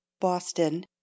Boston